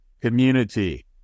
community